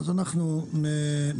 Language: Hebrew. אז אנחנו נאשר,